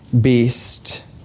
beast